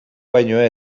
baino